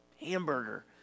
hamburger